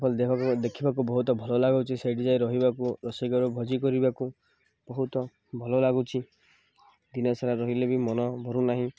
ଦେହକୁ ଦେଖିବାକୁ ବହୁତ ଭଲ ଲାଗୁଛି ସେଇଠି ଯାଏ ରହିବାକୁ ରୋଷେଇ କର ଭୋଜି କରିବାକୁ ବହୁତ ଭଲ ଲାଗୁଛି ଦିନ ସାରା ରହିଲେ ବି ମନ ଭରୁନାହିଁ